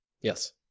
Yes